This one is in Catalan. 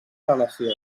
relació